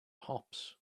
hops